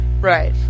Right